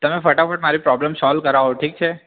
તમે ફટાફટ મારી પ્રોબલમ સોલ્વ કરાવો ઠીક છે